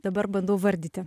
dabar bandau vardyti